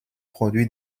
produit